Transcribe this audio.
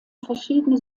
verschiedene